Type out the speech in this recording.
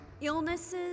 illnesses